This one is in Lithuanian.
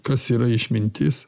kas yra išmintis